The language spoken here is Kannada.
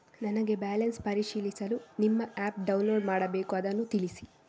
ನನಗೆ ಬ್ಯಾಲೆನ್ಸ್ ಪರಿಶೀಲಿಸಲು ನಿಮ್ಮ ಆ್ಯಪ್ ಡೌನ್ಲೋಡ್ ಮಾಡಬೇಕು ಅದನ್ನು ತಿಳಿಸಿ?